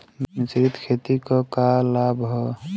मिश्रित खेती क का लाभ ह?